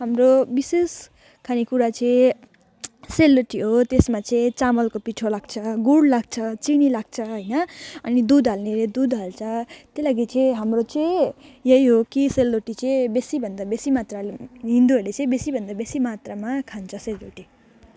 हाम्रो विशेष खानेकुरा चाहिँ सेलरोटी हो त्यसमा चाहिँ चामलको पिठो लाग्छ गुड लाग्छ चिनी लाग्छ होइन अनि दुध हाल्नेले दुध हाल्छ त्यही लागि चाहिँ हाम्रो चाहिँ यही हो कि सेलरोटी चाहिँ बेसीभन्दा बेसी मात्राले हिन्दूहरूले चाहिँ बेसीभन्दा बेसी मात्रामा खान्छ सेलरोटी